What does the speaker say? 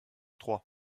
trois